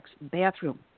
bathroom